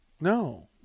No